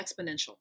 exponential